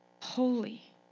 holy